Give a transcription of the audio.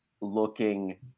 looking